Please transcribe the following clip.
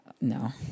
No